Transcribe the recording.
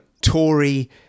Tory